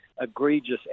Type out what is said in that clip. egregious